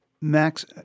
Max